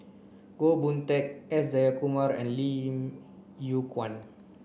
Goh Boon Teck S Jayakumar and Lim Yew Kuan